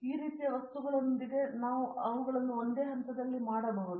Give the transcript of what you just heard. ಈ ರೀತಿಯ ವಸ್ತುಗಳೊಂದಿಗೆ ಇಂದು ನಾವು ಅವುಗಳನ್ನು ಒಂದೇ ಹಂತದಲ್ಲಿ ಮಾಡಬಹುದು